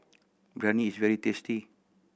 biryani is very tasty